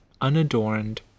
unadorned